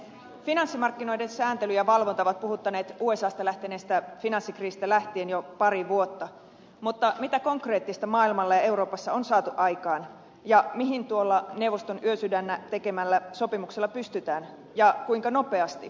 finanssimarkkinoiden sääntely ja valvonta ovat puhuttaneet usasta lähteneestä finanssikriisistä lähtien jo pari vuotta mutta mitä konkreettista maailmalla ja euroopassa on saatu aikaan ja mihin tuolla neuvoston yösydännä tekemällä sopimuksella pystytään ja kuinka nopeasti